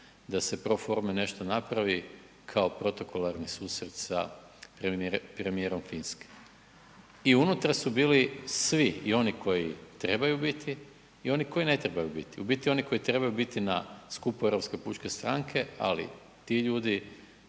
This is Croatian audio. da se pro forme nešto napravi kao protokolarni susret sa premijerom Finske. I unutra su bili svi i oni koji trebaju biti i oni koji ne trebaju biti. U biti oni koji trebaju biti na skupu Europske pučke stranke ali ti ljudi